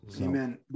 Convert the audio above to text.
Amen